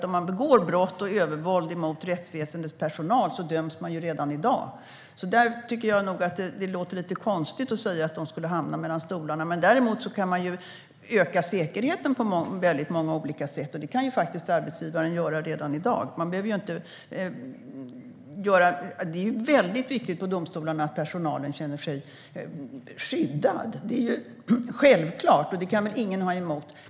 Om man begår brott och övervåld mot rättsväsendets personal döms man ju redan i dag, så jag tycker att det låter lite konstigt att säga att de skulle hamna mellan stolarna. Däremot kan man öka säkerheten på många olika sätt. Det kan arbetsgivaren faktiskt göra redan i dag. Det är mycket viktigt att personalen vid domstolarna känner sig skyddad. Det är självklart, och det kan väl ingen ha något emot.